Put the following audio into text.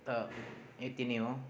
त यति नै हो